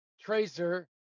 Tracer